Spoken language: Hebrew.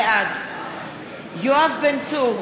בעד יואב בן צור,